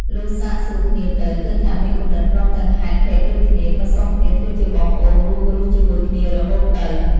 លុះសាកសួរគ្នាទៅ ឃើញថាមានគំនិតព្រមទាំងហេតុភេទដូចគ្នា ក៏សុំគ្នាធ្វើជាបងប្អូនរួមរស់ជាមួយគ្នា រហូតទៅ។